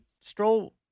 Stroll